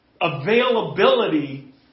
availability